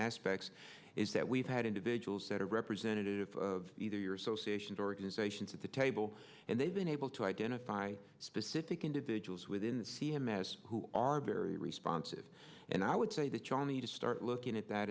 aspects is that we've had individuals that are representative of either your associations organizations at the table and they've been able to identify specific individuals within the c m s who are very responsive and i would say that you all need to start looking at that